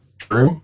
true